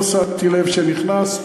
לא שמתי לב שנכנסת,